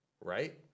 right